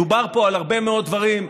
דובר פה על הרבה מאוד דברים.